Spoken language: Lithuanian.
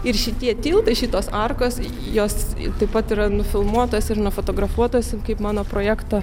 ir šitie tiltai šitos arkos jos taip pat yra nufilmuotos ir nufotografuotos kaip mano projekto